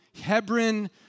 Hebron